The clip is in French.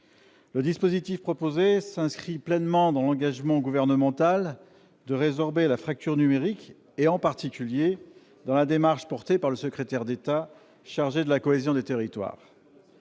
Le dispositif proposé s'inscrit pleinement dans l'engagement gouvernemental de résorber la fracture numérique et, en particulier, dans la démarche portée par le secrétaire d'État auprès du ministre de la cohésion des territoires.